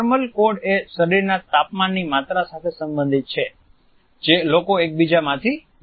thermal કોડએ શરીરના તાપમાનની માત્રા સાથે સંબંધિત છે જે લોકો એકબીજા માંથી મેળવે છે